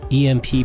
EMP